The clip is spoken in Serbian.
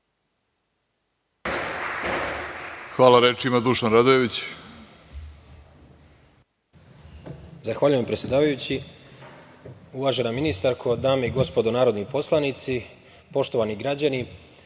Hvala. Reč ima Dušan Radojević.